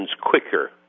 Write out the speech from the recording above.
quicker